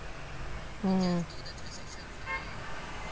mm